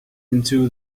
into